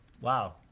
Wow